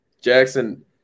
Jackson